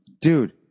dude